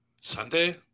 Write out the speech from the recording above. Sunday